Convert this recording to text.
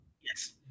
yes